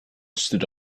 stood